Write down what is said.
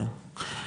כן,